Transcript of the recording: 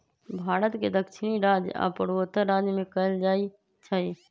भारत के दक्षिणी राज्य आ पूर्वोत्तर राज्य में कएल जाइ छइ